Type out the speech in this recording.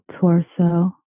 torso